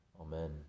Amen